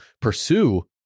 pursue